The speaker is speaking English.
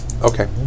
Okay